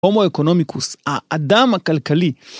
הומו אקונומיקוס, האדם הכלכלי.